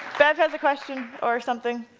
bev has a question, or something!